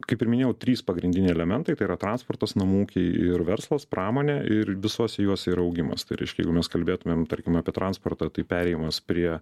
kaip ir minėjau trys pagrindiniai elementai tai yra transportas namų ūkiai ir verslas pramonė ir visos jos ir augimas tai reiškia jeigu mes kalbėtumėm tarkim apie transportą tai perėjimas prie